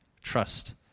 trust